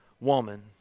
woman